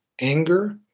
anger